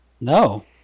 no